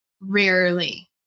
rarely